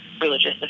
religious